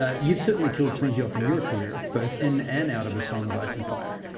ah you've certainly killed plenty off in your career, both in and out of a song of ice and fire.